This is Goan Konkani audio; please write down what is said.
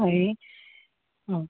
हय आं